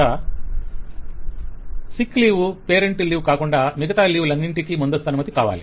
client sick leave parental leave కాకుండా మిగతా leave లన్నింటికి ముందస్తు అనుమతి కావాలి